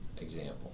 example